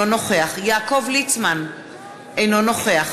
אינו נוכח